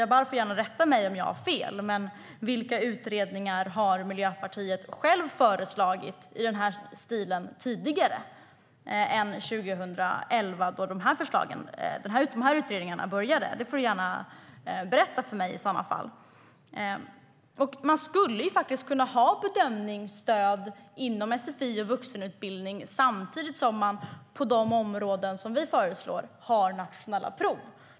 Jabar får gärna rätta mig om jag har fel, men vilka utredningar i den här stilen har Miljöpartiet självt föreslagit tidigare än 2011, då de här utredningarna började? Det får du gärna berätta för mig. Man skulle kunna ha bedömningsstöd inom sfi och vuxenutbildning, samtidigt som man har nationella prov på de områden som vi föreslår.